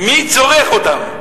מי צורך אותם?